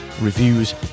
reviews